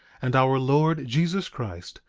and our lord jesus christ,